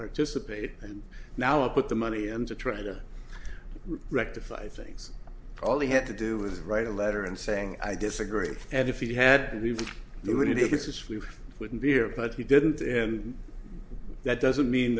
participate and now i put the money and to try to rectify things all he had to do was write a letter and saying i disagree and if he had to do it it's this we wouldn't dear but he didn't and that doesn't mean